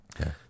Okay